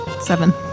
seven